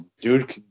dude